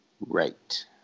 Right